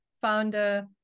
founder